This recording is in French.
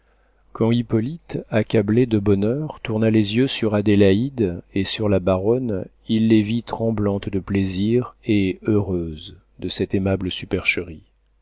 hippolyte accablé de bonheur tourna les yeux sur adélaïde et sur la baronne il les vit tremblantes de plaisir et heureuses de cette aimable supercherie